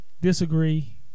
disagree